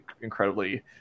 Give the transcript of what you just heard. incredibly